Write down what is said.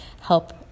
help